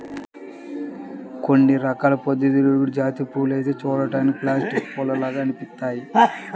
కొన్ని రకాల పొద్దుతిరుగుడు జాతి పూలైతే చూడ్డానికి ప్లాస్టిక్ పూల్లాగా అనిపిత్తయ్యి